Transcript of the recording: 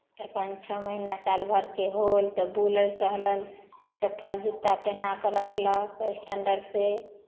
तऽ अपन छओ महीना साल भरिके होल तऽ बुलल टहलल चप्पल जुत्ता पेन्हा कऽ रखलक स्टैन्डर्डसँ